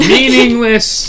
Meaningless